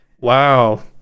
wow